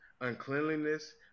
Uncleanliness